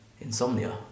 insomnia